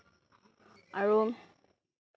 আৰু